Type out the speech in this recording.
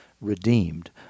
redeemed